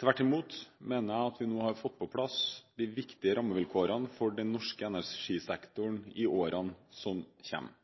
Tvert imot mener jeg at vi nå har fått på plass de viktige rammevilkårene for den norske energisektoren i årene som kommer.